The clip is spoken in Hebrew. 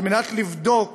על מנת לבדוק